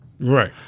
right